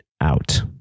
out